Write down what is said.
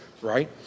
right